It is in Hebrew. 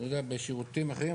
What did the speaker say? לא יודע בשירותים אחרים,